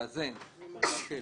לאזן, להקל.